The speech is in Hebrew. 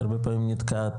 שהרבה פעמים נתקעת